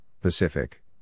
Pacific